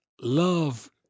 love